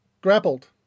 Grappled